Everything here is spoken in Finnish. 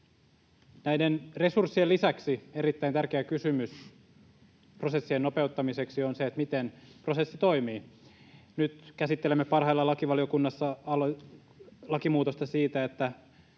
Näiden resurssien lisäksi erittäin tärkeä kysymys prosessien nopeuttamiseksi on se, miten prosessi toimii. Nyt käsittelemme parhaillaan lakivaliokunnassa lakimuutosta siitä, että